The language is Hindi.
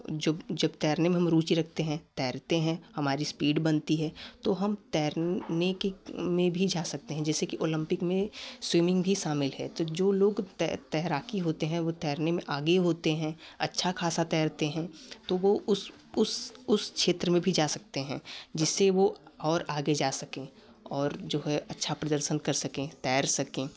जब जब तैरने में हम रुचि रखते हैं तैरते हैं हमारी एस्पीड बनती है तो हम तैरने की में भी जा सकते हैँ जैसे कि ओलंपिक में स्विमिंग भी शामिल है तो जो लोग तैराकी होते हैं वो तैरने में आगे होते है अच्छा खासा तैरते हैं तो वो उस उस उस क्षेत्र में भी जा सकते हैँ जिससे वो और आगे जा सके और जो है अच्छा प्रदर्शन कर सके तैर सके